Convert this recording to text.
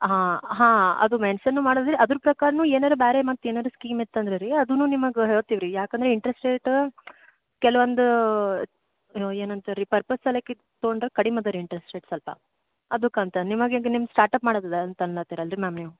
ಹಾಂ ಹಾಂ ಅದು ಮೆನ್ಶನ್ನು ಮಾಡಿದ್ರಿ ಅದ್ರ ಪ್ರಕಾರನೂ ಏನಾರ ಬೇರೆ ಮತ್ತು ಏನಾದ್ರೂ ಸ್ಕೀಮ್ ಇತ್ತು ಅಂದರೆ ರೀ ಅದೂ ನಿಮಗೆ ಹೇಳ್ತೀವಿ ರೀ ಯಾಕೆಂದ್ರೆ ಇಂಟ್ರಸ್ಟ್ ರೇಟ್ ಕೆಲ್ವೊಂದು ಏನಂತಾರೆ ರೀ ಪರ್ಪಸ್ ಸಲೆಕಿತ್ ತಗೊಂಡ್ರೆ ಕಡಿಮೆ ಅದ ರೀ ಇಂಟ್ರಸ್ಟ್ ರೇಟ್ ಸ್ವಲ್ಪ ಅದಕ್ಕಂತ ನಿಮಗೆ ಹೇಗೆ ನಿಮ್ಮ ಸ್ಟಾರ್ಟಪ್ ಮಾಡೋದಿದೆ ಅಂತ ಅನ್ನತ್ತೀರಲ್ರಿ ರೀ ಮ್ಯಾಮ್ ನೀವು